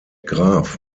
graf